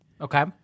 Okay